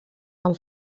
amb